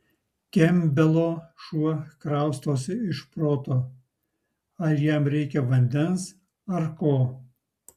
kempbelo šuo kraustosi iš proto ar jam reikia vandens ar ko